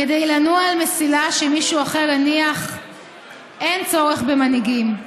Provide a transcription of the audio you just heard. "כדי לנוע על מסילה שמישהו אחר הניח אין צורך במנהיגים,